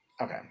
Okay